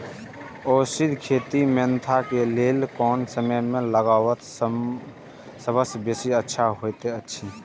औषधि खेती मेंथा के लेल कोन समय में लगवाक सबसँ बेसी अच्छा होयत अछि?